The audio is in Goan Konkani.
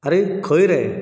आरे खंय रे